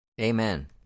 amen